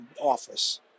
office